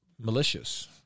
malicious